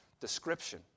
description